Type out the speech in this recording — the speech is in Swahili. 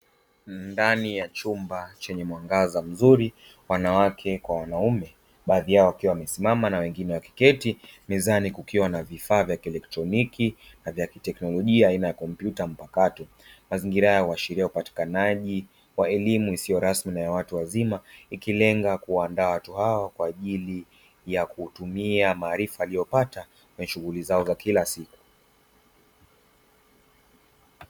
Ndani ni ya chumba chenye mwangaza mzuri wanawake kwa wanaume baadhi yao wakiwa wamesimama na wengine wakiketi mezani kukiwa na vifaa vya kielektroniki na vya kiteknolojia aina ya kompyuta mpakato mazingira haya huashiria upatikanaji wa elimu isiyo rasmi na ya watu wazima ikilenga kuandaa watu hawa kwa ajili ya kuutumia maarifa aliyopata kwenye shughuli zao za kila siku